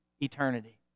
eternity